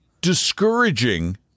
discouraging